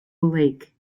lake